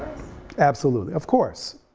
absolutely, of course,